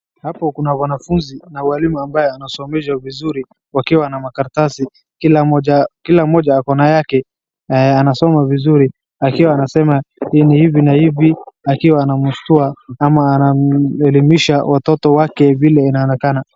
Hapo kuna wanafunzi na walimu ambaye anasomeshwa vizuri wakiwa na makaratasi, kila mmoja, kila mmoja ako na yake anasoma vizuri, akiwa anasema hivi na hivi, na akiwa anamshtua ama anamuelimisha watoto wake vile inaonekana.